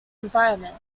environment